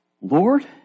Lord